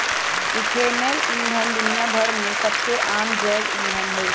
ethanol ईंधन दुनिया भर में सबसे आम जैव ईंधन हई